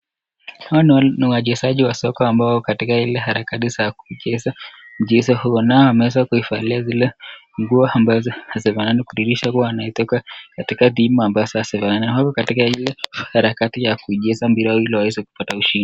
Hawa ni wachezaji wa soka ambao wako katika ile harakati ya kucheza mchezo huu. Nao wameweza kuivalia zile nguo ambazo hazifanani kudhihirisha kuwa wanaitoka katika timu ambazo hazifanani. Wako katika ile harakati ya kuicheza mpira ili waweze kupata ushindi.